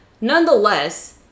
Nonetheless